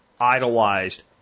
idolized